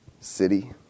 city